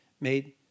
made